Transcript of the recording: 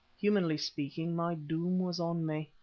humanly speaking, my doom was on me.